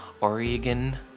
Oregon